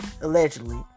allegedly